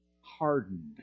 hardened